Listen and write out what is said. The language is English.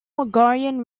mongolian